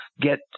get